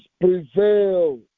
prevail